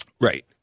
Right